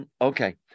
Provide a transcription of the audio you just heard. Okay